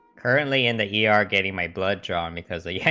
currently in the yeah er getting my blood john because the yeah